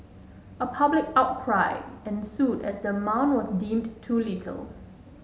a public outcry ensued as the amount was deemed too little